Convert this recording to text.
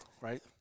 right